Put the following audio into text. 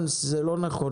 הנס, זה לא נכון.